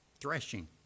threshing